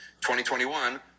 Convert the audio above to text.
2021